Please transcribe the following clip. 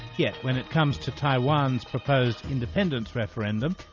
yet when it comes to taiwan's proposed independence referendum,